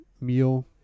meal